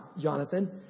Jonathan